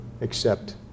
accept